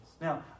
Now